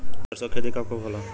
सरसों के खेती कब कब होला?